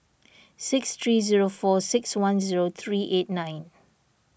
six three zero four six one zero three eight nine